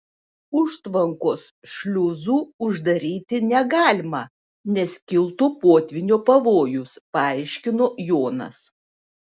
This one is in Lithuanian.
užtvankos šliuzų uždaryti negalima nes kiltų potvynio pavojus paaiškino jonas